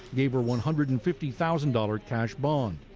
gave her one hundred and fifty thousand dollars cash bond.